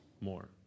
more